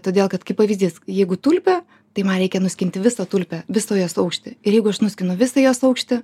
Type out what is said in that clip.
todėl kad kaip pavyzdys jeigu tulpė tai man reikia nuskinti visą tulpę visą jos aukštį ir jeigu aš nuskinu visą jos aukštį